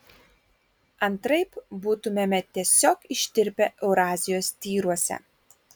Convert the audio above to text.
antraip būtumėme tiesiog ištirpę eurazijos tyruose